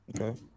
Okay